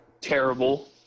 terrible